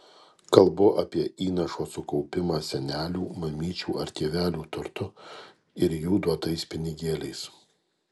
kalbu apie įnašo sukaupimą senelių mamyčių ar tėvelių turtu ir jų duotais pinigėliais